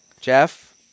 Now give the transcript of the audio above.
Jeff